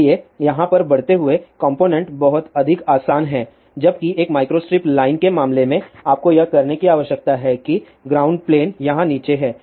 इसलिए यहाँ पर बढ़ते हुए कॉम्पोनेन्ट बहुत अधिक आसान है जबकि एक माइक्रोस्ट्रिप लाइन के मामले में आपको यह करने की आवश्यकता है कि ग्राउंड प्लेन यहाँ नीचे है